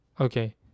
okay